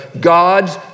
God's